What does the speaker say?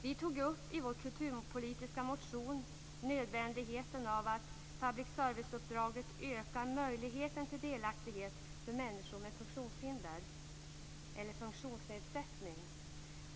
Vi tog i vår kulturpolitiska motion upp nödvändigheten av att public service-uppdraget ökar möjligheten till delaktighet för människor med funktionsnedsättning.